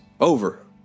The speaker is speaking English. over